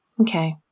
Okay